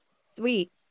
Sweet